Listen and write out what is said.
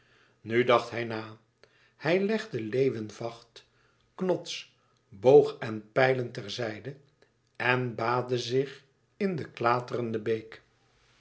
nu dacht hij na hij legde leeuwenvacht knots boog en pijlen ter zijde en baadde zich in de klaterende beek